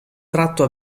tratto